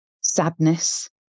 sadness